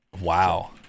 Wow